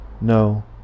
No